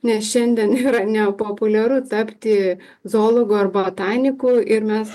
nes šiandien yra nepopuliaru tapti zoologu ar botaniku ir mes